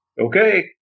okay